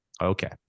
Okay